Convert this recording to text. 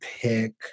pick